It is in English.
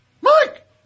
Mike